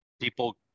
people